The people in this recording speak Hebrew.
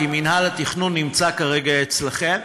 כי מינהל התכנון נמצא כרגע אצלכם.